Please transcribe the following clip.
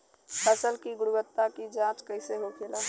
फसल की गुणवत्ता की जांच कैसे होखेला?